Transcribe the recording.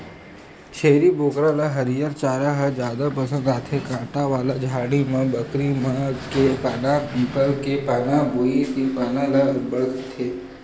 छेरी बोकरा ल हरियर चारा ह जादा पसंद आथे, कांटा वाला झाड़ी म बमरी के पाना, पीपल के पाना, बोइर के पाना ल अब्बड़ खाथे